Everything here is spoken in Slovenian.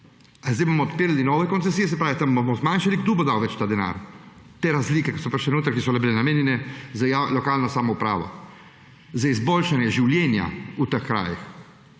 zdaj bomo odpirali nove koncesije? Se pravi, tam bomo zmanjšali, kdo bo dal več denarja, te razlike, ki so prišle noter, ki so bile namenjene za lokalno samoupravo, za izboljšanje življenja v teh krajih?